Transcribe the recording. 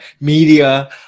media